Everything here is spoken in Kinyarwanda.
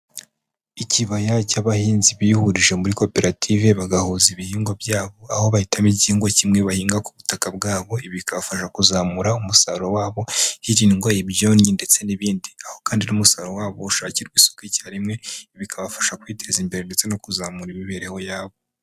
Ikibaya cy'abahinzi bihurije muri koperative bagahuza ibihingwa byabo, aho bahitamo igihingwa kimwe bahinga ku butaka bwabo, ibi bikabafasha kuzamura umusaruro wabo hirindwa ibyonnyi ndetse n'ibindi, aho kandi n'umusaruro wabo ushakirwa isoko icyarimwe, bikabafasha kwiteza imbere ndetse no kuzamura imibereho yabo.